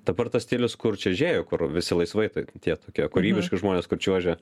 dabar tas stilius kur čiuožėjo kur visi laisvai tai tie tokie kūrybiški žmonės kur čiuožia